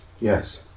Yes